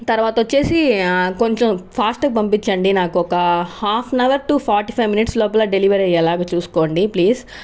తర్వాత వచ్చి కొంచెం ఫాస్ట్గా పంపించండి నాకు ఒక half an hour to forty five minutes లోపల డెలివరీ అయ్యేలా చూసుకోండి ప్లీజ్